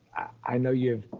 i know you've,